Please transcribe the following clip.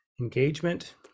engagement